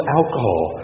alcohol